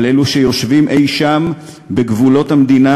על אלו שיושבים אי-שם בגבולות המדינה,